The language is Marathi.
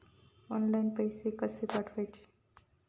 ऑनलाइन पैसे कशे पाठवचे?